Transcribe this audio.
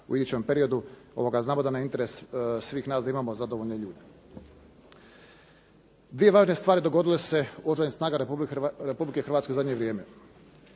u idućem periodu. Znamo da je interes svih nas da imamo zadovoljne ljude. Dvije važne snage dogodile su se u Oružanim snagama Republike Hrvatske u zadnje vrijeme.